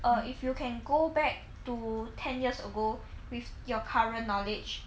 err if you can go back to ten years ago with your current knowledge